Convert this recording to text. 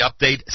update